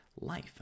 life